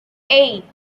eight